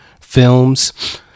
Films